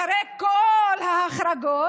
לפרנקפורט, אחרי כל ההחרגות,